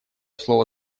слово